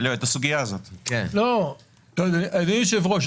אדוני היושב-ראש,